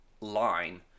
line